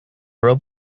rope